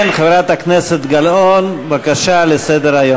כן, חברת הכנסת גלאון, הצעה לסדר.